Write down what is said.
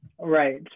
Right